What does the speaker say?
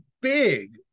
big